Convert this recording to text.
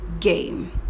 game